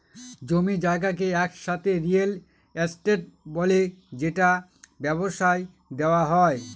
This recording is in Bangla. জমি জায়গাকে একসাথে রিয়েল এস্টেট বলে যেটা ব্যবসায় দেওয়া হয়